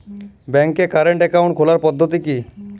ব্যাংকে current account খোলার পদ্ধতি কি?